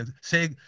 say